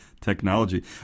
Technology